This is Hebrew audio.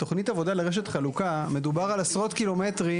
בתכנית עבודה לרשת חלוקה מדובר על עשרות קילומטרים,